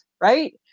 right